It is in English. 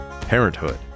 parenthood